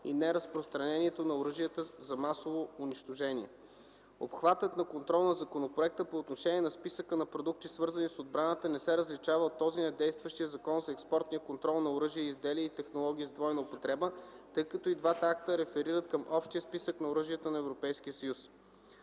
и неразпространението на оръжията за масово унищожение. Обхватът на контрола на законопроекта по отношение на списъка на продукти, свързани с отбраната, не се различава от този на действащия Закон за експортния контрол на оръжия, изделия и технологии с двойна употреба, тъй като и двата акта реферират към общия списък на оръжията на Европейския съюз.